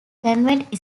convent